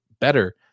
better